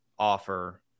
offer